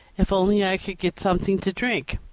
if only i could get something to drink.